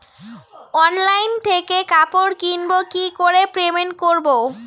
Online থেকে কাপড় কিনবো কি করে পেমেন্ট করবো?